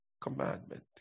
commandment